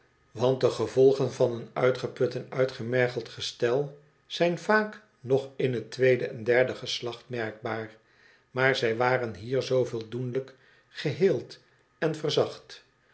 want de gevolgen van een uitgeput en uitgemergeld gestel zijn vaak nog in het tweede en derde geslacht merkbaar maar zij waren hier zooveel doenlijk geheeld en verzacht